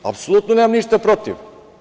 Apsolutno nemam ništa protiv.